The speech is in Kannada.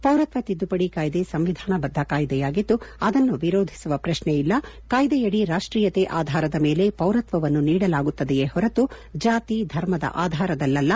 ಪೌರಕ್ವ ಕಿದ್ದುಪಡಿ ಕಾಯ್ದೆ ಸಂವಿಧಾನಬದ್ದ ಕಾಯ್ದೆಯಾಗಿದ್ದು ಅದನ್ನು ವಿರೋಧಿಸುವ ಪ್ರಕ್ನೆಯಿಲ್ಲ ಕಾಯ್ದೆಯಡಿ ರಾಷ್ಟೀಯತೆ ಆಧಾರದ ಮೇಲೆ ಪೌರತ್ವವನ್ನು ನೀಡಲಾಗುತ್ತದೆಯೇ ಹೊರತು ಜಾತಿ ಧರ್ಮದ ಆಧಾರದಲ್ಲಲ್ಲ